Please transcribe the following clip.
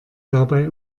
dabei